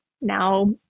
now